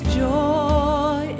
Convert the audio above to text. joy